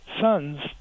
sons